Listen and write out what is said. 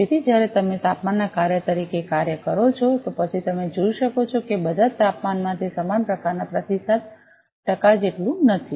તેથી જ્યારે તમે તાપમાનના કાર્ય તરીકે કાર્ય કરો છો તો પછી તમે જોઈ શકો છો કે બધા તાપમાનમાં તે સમાન પ્રકારનાં પ્રતિસાદ ટકા જેટલું નથી